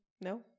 No